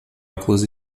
óculos